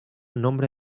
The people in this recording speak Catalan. nombre